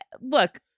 Look